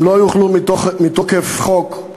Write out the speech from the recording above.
אם לא יאכלו מתוקף חוק,